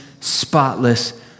spotless